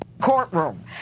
Courtroom